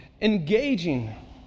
engaging